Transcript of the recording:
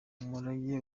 umurage